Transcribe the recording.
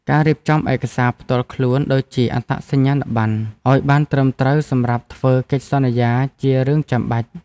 ការរៀបចំឯកសារផ្ទាល់ខ្លួនដូចជាអត្តសញ្ញាណប័ណ្ណឱ្យបានត្រឹមត្រូវសម្រាប់ធ្វើកិច្ចសន្យាជារឿងចាំបាច់។